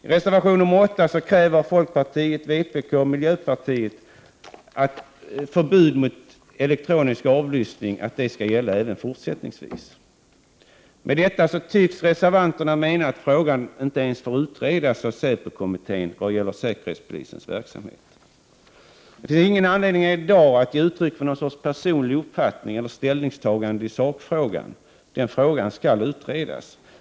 I reservation 8 kräver folkpartiet, vpk och miljöpartiet ett fortsatt förbud mot elektronisk avlyssning. Med detta tycks reservanterna mena att frågan inte ens får utredas av säpo-kommittén vad gäller säkerhetspolisens verksamhet. Det finns ingen anledning att i dag ge uttryck för något slags personlig uppfattning eller ställningstagande i sakfrågan. Den frågan skall utredas.